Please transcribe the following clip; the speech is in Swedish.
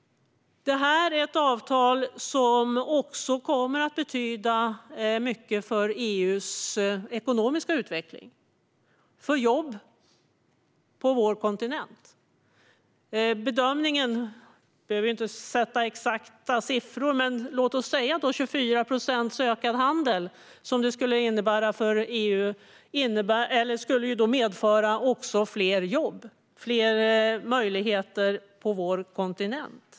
Det här avtalet kommer också att betyda mycket för EU:s ekonomiska utveckling, för jobb på vår kontinent. Man behöver inte ange exakta siffror, men bedömningen är att handeln skulle öka med 24 procent, vilket också medför fler jobb och större möjligheter på vår kontinent.